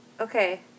Okay